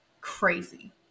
crazy